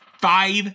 five